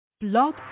Blog